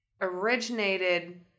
originated